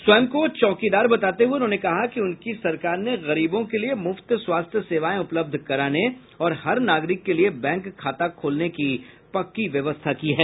स्वयं को चौकीदार बताते हुए उन्होंने कहा कि उनकी सरकार ने गरीबों के लिए मुफ्त स्वास्थ्य सेवाएं उपलब्ध कराने और हर नागरिक के लिए बैंक खाता खोलने की पक्की व्यवस्था की है